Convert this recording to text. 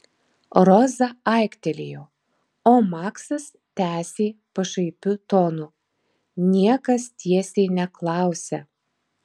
roza aiktelėjo o maksas tęsė pašaipiu tonu niekas tiesiai neklausia